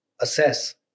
assess